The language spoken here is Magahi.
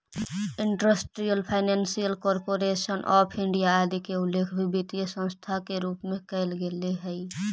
industrial finance corporation of India आदि के उल्लेख भी वित्तीय संस्था के रूप में कैल गेले हइ